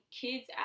kids